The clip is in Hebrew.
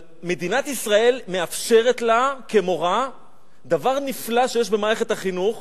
אבל מדינת ישראל מאפשרת לה כמורה דבר נפלא שיש במערכת החינוך,